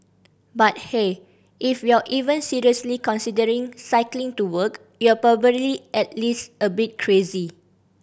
but hey if you're even seriously considering cycling to work you're probably at least a bit crazy